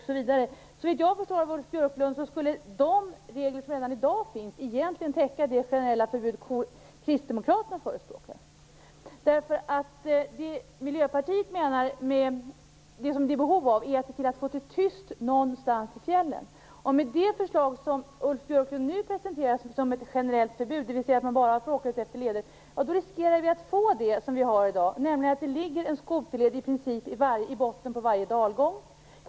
Såvitt jag förstår av Ulf Björklund skulle de regler som finns redan i dag egentligen täcka det generella förbud Kristdemokraterna förespråkar. Miljöpartiet menar att det finns behov av att det är tyst någonstans i fjällen. Med det förslag som Ulf Björklund nu presenterar som ett generellt förbud, dvs. att man bara får åka efter leder, riskerar vi att få det så som vi har det i dag, nämligen att det i princip ligger en skoterled i botten på varje dalgång.